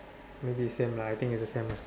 maybe same lah I think it's the same lah